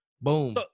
Boom